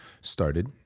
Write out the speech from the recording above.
started